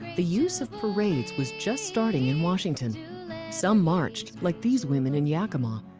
the use of parades was just starting in washington. some marched, like these women in yakima,